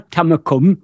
Tamakum